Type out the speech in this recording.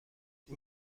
این